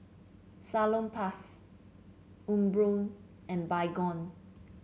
Salonpas Umbro and Baygon